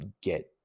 get